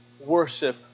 worship